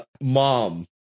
Mom